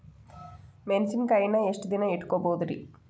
ಮೆಣಸಿನಕಾಯಿನಾ ಎಷ್ಟ ದಿನ ಇಟ್ಕೋಬೊದ್ರೇ?